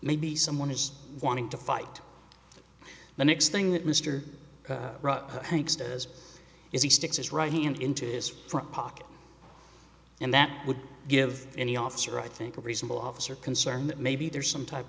maybe someone is wanting to fight the next thing that mister hanks does if he sticks his right hand into his front pocket and that would give any officer i think reasonable officer concern that maybe there's some type